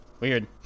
Weird